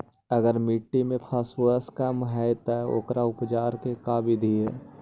अगर मट्टी में फास्फोरस कम है त ओकर उपचार के का बिधि है?